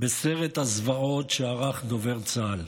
בסרט הזוועות שערך דובר צה"ל.